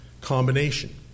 combination